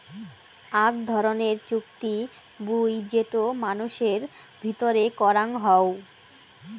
আক ধরণের চুক্তি বুই যেটো মানুষের ভিতরে করাং হউ